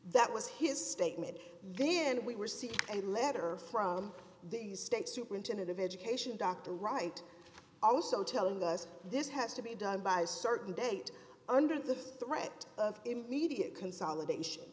that was his statement then we were seeking a letter from the state superintendent of education dr wright also telling us this has to be done by a certain date under the threat of immediate consolidation